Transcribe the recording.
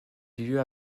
lieux